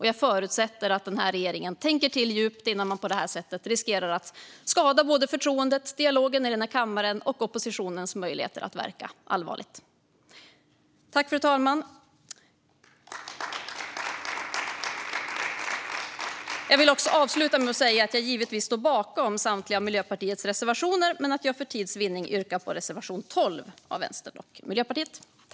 Jag förutsätter att regeringen tänker till djupt innan man på det här sättet riskerar att allvarligt skada både förtroendet, dialogen i denna kammare och oppositionens möjligheter att verka. Fru talman! Jag står givetvis bakom samtliga Miljöpartiets reservationer, men för tids vinning yrkar jag bifall endast till reservation 12 av Vänsterpartiet och Miljöpartiet.